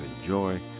enjoy